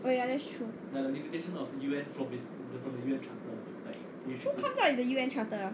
oh ya that's true who comes out with the U_N charter ah